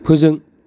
फोजों